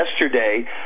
yesterday